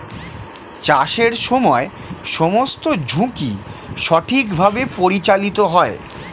চাষের সময় সমস্ত ঝুঁকি সঠিকভাবে পরিচালিত হয়